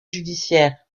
judiciaires